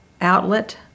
outlet